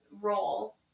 role